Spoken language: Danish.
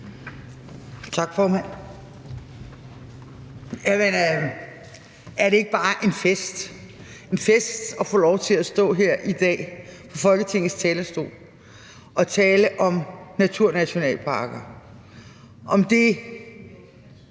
Tak, formand. Jamen er det ikke bare en fest at få lov til at stå her i dag og fra Folketingets talerstol tale om naturnationalparker,